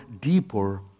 deeper